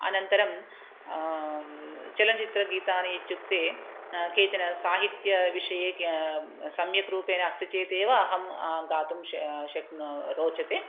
अनन्तरं चलनचित्रगीतानि इत्युक्ते केचन साहित्यविषये के सम्यक् रूपेण अस्ति चेतेव अहं गातुं श शक्नोमि रोचते